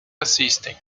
assistem